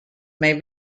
may